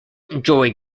enjoy